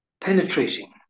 penetrating